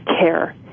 care